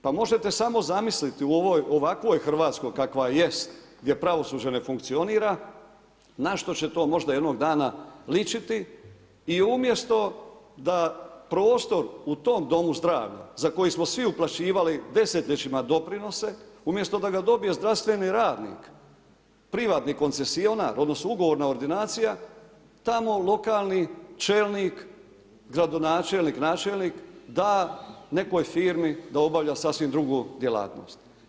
Pa možete samo zamisliti u ovakvoj Hrvatskoj kakva jest gdje pravosuđe ne funkcionira na što će to možda jednog dana ličiti i umjesto da prostor u tom domu zdravlja za koji smo svi uplaćivali desetljećima doprinose, umjesto da ga dobije zdravstveni radnik, privatni koncesionar, odnosno ugovorna ordinacija, tamo lokalni čelnik, gradonačelnik, načelnik da nekoj firmi da obavlja neku sasvim drugu djelatnost.